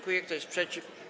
Kto jest przeciw?